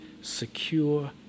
secure